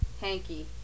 hanky